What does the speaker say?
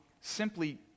simply